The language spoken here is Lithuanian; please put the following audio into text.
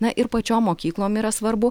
na ir pačiom mokyklom yra svarbu